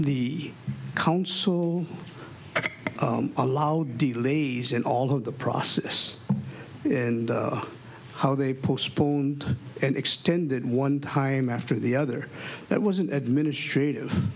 the council allowed delays in all of the process and how they postponed and extended one time after the other that was an administrative